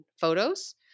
photos